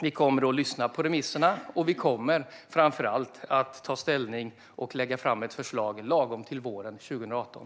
Vi kommer att lyssna till remisserna, och framför allt kommer vi att ta ställning och lägga fram ett förslag lagom till våren 2018.